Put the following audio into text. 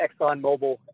ExxonMobil